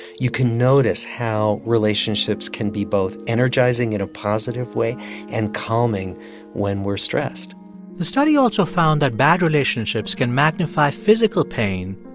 you can notice how relationships can be both energizing in a positive way and calming when we're stressed the study also found that bad relationships can magnify physical pain,